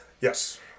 Yes